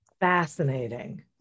Fascinating